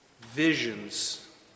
visions